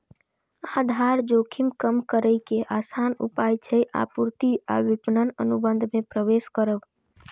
आधार जोखिम कम करै के आसान उपाय छै आपूर्ति आ विपणन अनुबंध मे प्रवेश करब